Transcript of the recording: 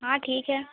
ہاں ٹھیک ہے